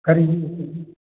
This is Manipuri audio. ꯀꯔꯤ